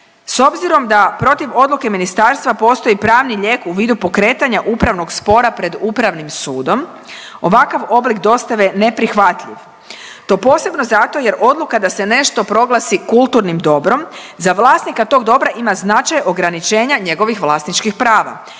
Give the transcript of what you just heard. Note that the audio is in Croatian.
S obzirom da protiv odluke ministarstva postoji pravni lijek u vidu pokretanja upravnog spora pred upravnim sudom ovakav oblik dostave je neprihvatljiv. To posebno zato jer odluka da se nešto proglasi kulturnim dobrom za vlasnika tog dobra ima značaj ograničenja njegovih vlasničkih prava